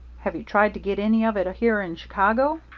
have you tried to get any of it here in chicago?